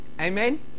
Amen